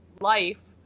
life